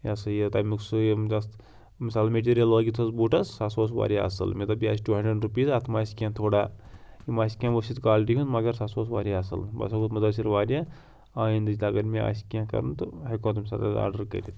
یہِ ہَسا یہِ تَمیُک سُہ ییٚمہِ دۄہ مثال میٚٹیٖریَل لٲگِتھ اوس بوٗٹَس سُہ ہَسا اوس واریاہ اَصٕل مےٚ دوٚپ یہِ آسہِ ٹوٗ ہٮ۪نٛڈرَٮ۪نٛڈ رُپیٖز اَتھ ما آسہِ کینٛہہ تھوڑا یہِ ما آسہِ کینٛہہ وٕسِتھ کالٹی ہُنٛد مگر سُہ ہَسا اوس واریاہ اَصٕل بہٕ ہَسا گووُس مُتٲثر واریاہ آینٛدٕ تہِ اگر مےٚ آسہِ کینٛہہ کَرُن تہٕ ہٮ۪کو تَمہِ ساتہٕ حظ آڈَر کٔرِتھ